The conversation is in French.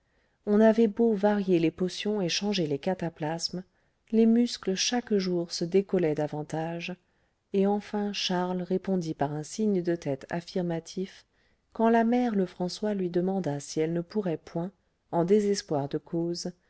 on avait beau varier les potions et changer les cataplasmes les muscles chaque jour se décollaient davantage et enfin charles répondit par un signe de tête affirmatif quand la mère lefrançois lui demanda si elle ne pourrait point en désespoir de cause